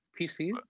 PC